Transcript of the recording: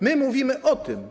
My mówimy o tym.